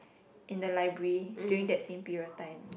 in the library during that same period of time